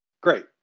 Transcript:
great